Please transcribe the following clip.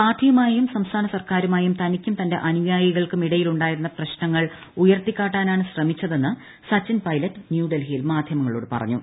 പാർട്ടിയുമായും സംസ്ഥാന സർക്കാരുമായും തനിക്കും തന്റെ അനുയായികൾക്കും ഇടയിൽ ഉണ്ടായിരുന്ന പ്രശ്നങ്ങൾ ഉയർത്തിക്കാട്ടാനാണ് ശ്രമിച്ചതെന്ന് സച്ചിൻ പൈലറ്റ് ന്യൂഡൽഹിയിൽ മാധ്യമങ്ങളോട് പറഞ്ഞു